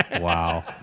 wow